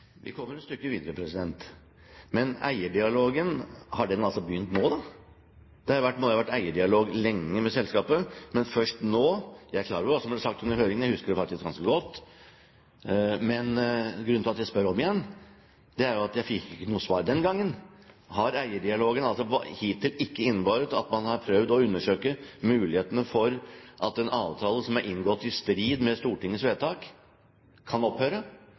Vi kommer et stykke videre. Men eierdialogen, har den altså begynt nå? Det må jo lenge ha vært eierdialog med selskapet. Jeg er klar over hva som ble sagt under høringen, jeg husker det faktisk ganske godt. Grunnen til at jeg spør om igjen, er at jeg ikke fikk noe svar den gang. Har eierdialogen hittil ikke innebåret at man har prøvd å undersøke mulighetene for at en avtale som er inngått i strid med Stortingets vedtak, kan opphøre?